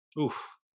Oof